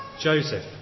Joseph